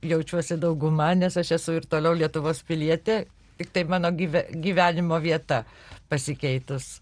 jaučiuosi dauguma nes aš esu ir toliau lietuvos pilietė tiktai mano gyve gyvenimo vieta pasikeitus